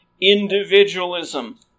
individualism